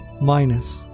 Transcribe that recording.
minus